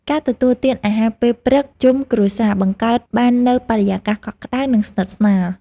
ការទទួលទានអាហារពេលព្រឹកជុំគ្រួសារ បង្កើតបាននូវបរិយាកាសកក់ក្តៅ និងស្និទ្ធស្នាល។